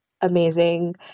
amazing